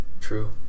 True